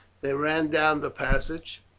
they ran down the passage,